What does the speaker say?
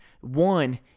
one